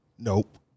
Nope